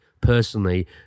personally